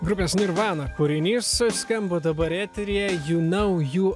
grupės nirvana kūrinys suskambo dabar eteryje jū nau jū